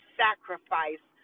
sacrifice